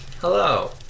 Hello